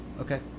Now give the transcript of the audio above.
Okay